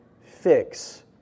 fix